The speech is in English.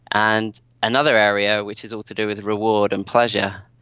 and another area which is all to do with reward and pleasure,